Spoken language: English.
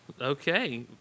okay